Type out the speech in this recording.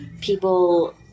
people